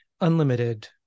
unlimited